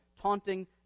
taunting